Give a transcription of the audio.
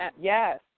Yes